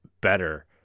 better